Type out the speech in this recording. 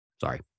Sorry